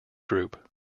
group